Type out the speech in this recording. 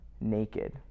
naked